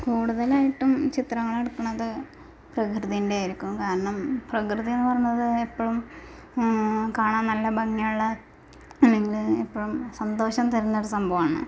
കൂടുതലായിട്ടും ചിത്രങ്ങൾ എടുക്കുന്നത് പ്രകൃതീൻ്റെ ആയിരിക്കും കാരണം പ്രകൃതി എന്ന് പറയുന്നത് എപ്പോളും കാണാൻ നല്ല ഭംഗിയുള്ള അല്ലെങ്കിൽ എപ്പോഴും സന്തോഷം തരുന്നൊരു സംഭവമാണ്